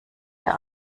der